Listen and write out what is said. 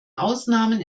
ausnahmen